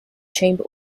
chamber